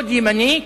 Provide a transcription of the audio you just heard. מאוד ימנית,